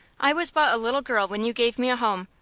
i was but a little girl when you gave me a home.